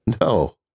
No